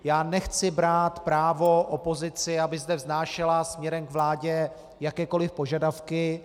Já nechci brát právo opozici, aby zde vznášela směrem k vládě jakékoliv požadavky.